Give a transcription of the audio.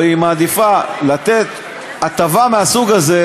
או שהיא מעדיפה לתת הטבה מהסוג הזה,